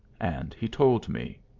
and he told me.